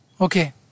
Okay